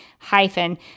hyphen